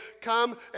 come